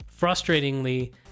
Frustratingly